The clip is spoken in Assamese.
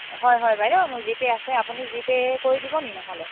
হয় হয় বাইদেউ মোৰ জিপে' আছে আপুনি জিপে' কৰি দিবনি নহ'লে